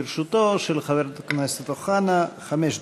לרשותו של חבר הכנסת אוחנה חמש דקות.